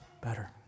better